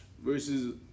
versus